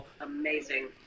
Amazing